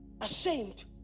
ashamed